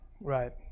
Right